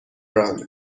راند